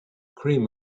cream